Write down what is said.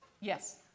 yes